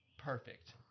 Perfect